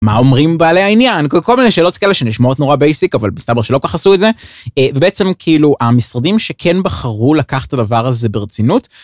מה אומרים בעלי העניין כל מיני שאלות כאלה שנשמעות נורא בייסיק אבל מסתבר שלא ככה עשו את זה ובעצם כאילו המשרדים שכן בחרו לקח את הדבר הזה ברצינות.